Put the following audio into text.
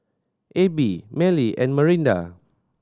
Abie Mallie and Marinda